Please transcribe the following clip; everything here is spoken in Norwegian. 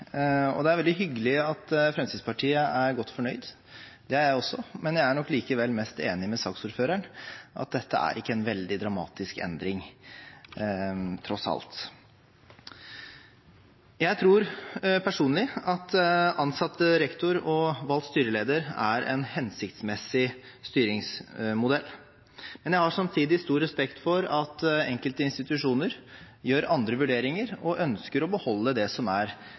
dramatisk. Det er veldig hyggelig at Fremskrittspartiet er godt fornøyd, og det er jeg også, men jeg er nok likevel mest enig med saksordføreren i at dette er ikke en veldig dramatisk endring tross alt. Jeg tror personlig at ansatt rektor og valgt styreleder er en hensiktsmessig styringsmodell, men jeg har samtidig stor respekt for at enkelte institusjoner gjør andre vurderinger og ønsker å beholde det som er